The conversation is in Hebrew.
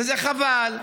וזה חבל.